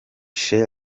chez